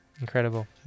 Incredible